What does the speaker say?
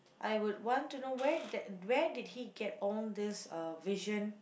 I would want to know where that where did he get all this uh vision